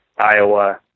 Iowa